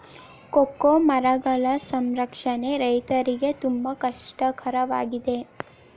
cocoa ಮರಗಳ ಸಂರಕ್ಷಣೆ ರೈತರಿಗೆ ತುಂಬಾ ಕಷ್ಟ ಕರವಾಗಿದೆ